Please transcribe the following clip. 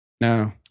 No